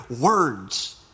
words